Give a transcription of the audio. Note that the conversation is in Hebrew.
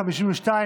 52,